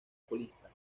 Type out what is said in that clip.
colista